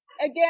Again